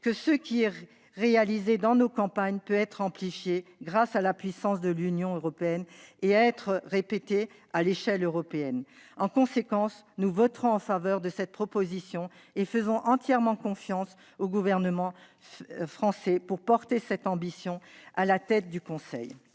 que ce qui est réalisé dans nos campagnes peut être amplifié grâce à la puissance de l'Union européenne. Le modèle peut aussi être répété à l'échelle européenne. Par conséquent, nous voterons en faveur de cette proposition de résolution. Nous faisons une entière confiance au Gouvernement pour porter cette ambition à la tête du Conseil